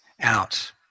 out